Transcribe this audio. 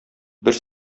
бер